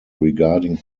regarding